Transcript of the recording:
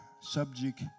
subject